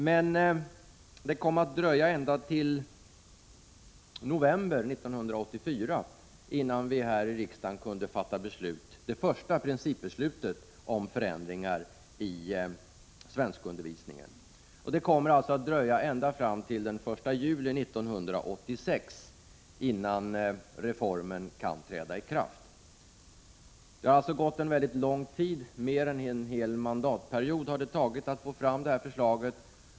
Men det dröjde ända till november 1984 innan vi här i riksdagen kunde fatta beslut, det första principbeslutet om förändringar i svenskundervisningen. Och inte förrän den 1 juli 1986 kan alltså reformen träda i kraft. Det har således gått en mycket lång tid. Mer än en hel mandatperiod har det tagit att få fram detta förslag.